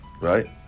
right